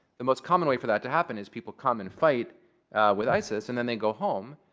the most common way for that to happen is people come and fight with isis. and then they go home.